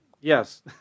Yes